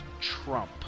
Trump